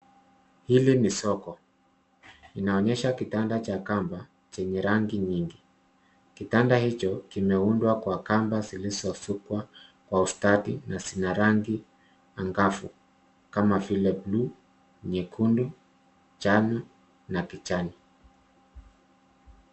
Hili ni soko, inaonyesha kitanda cha kamba chenye rangi nyingi. Kitanda hicho kimeundwa kwa kamba zilizosukwa kwa ustadi na zina rangi angavu kama vile buluu, nyekundu ,njano na kijani.